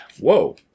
Whoa